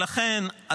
ולכן,